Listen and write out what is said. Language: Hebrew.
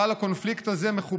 אבל קונפליקט כזה, מכובדיי,